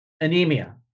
anemia